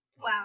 Wow